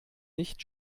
nicht